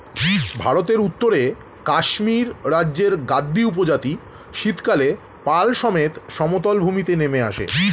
ভারতের উত্তরে কাশ্মীর রাজ্যের গাদ্দী উপজাতি শীতকালে পাল সমেত সমতল ভূমিতে নেমে আসে